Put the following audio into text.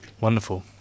wonderful